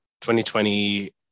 2020